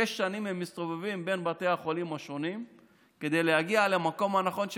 שש שנים הם מסתובבים בין בתי החולים השונים כדי להגיע למקום הנכון,